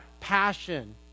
passion